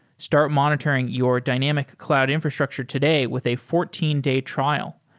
start monitoring your dynamic cloud infrastructure today with a fourteen day trial.